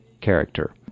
character